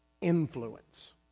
influence